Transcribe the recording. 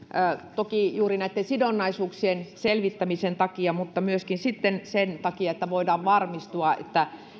toki juuri sidonnaisuuksien selvittämisen takia mutta myöskin sen takia että voidaan varmistua että